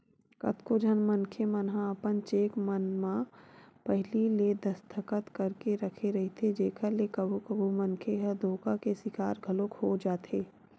कतको झन मनखे मन ह अपन चेक मन म पहिली ले दस्खत करके राखे रहिथे जेखर ले कभू कभू मनखे ह धोखा के सिकार घलोक हो जाथे